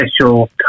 special